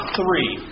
three